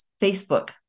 Facebook